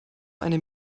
eine